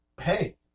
Hey